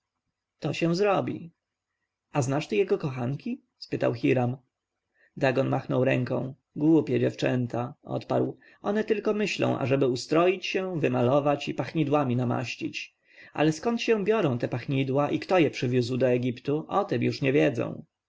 to się zrobi a znasz ty jego kochanki spytał hiram dagon machnął ręką głupie dziewczęta odparł one tylko myślą ażeby ustroić się wymalować i pachnidłami namaścić ale skąd się biorą te pachnidła i kto je przywozi do egiptu o tem już nie wiedzą